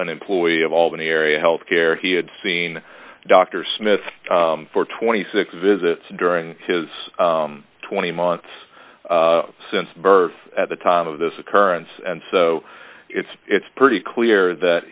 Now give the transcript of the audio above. an employee of albany area health care he had seen dr smith for twenty six visits during his twenty months since birth at the time of this occurrence and so it's it's pretty clear that